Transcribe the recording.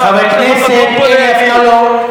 חבר הכנסת אפללו,